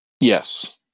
Yes